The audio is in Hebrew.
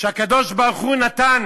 הקדוש-ברוך-הוא נתן